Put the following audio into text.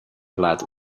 plat